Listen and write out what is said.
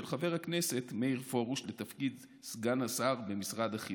של חבר הכנסת מאיר פרוש לתפקיד סגן השר במשרד החינוך.